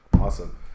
awesome